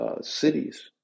cities